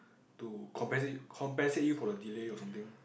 to compensate compensate you for the delay or something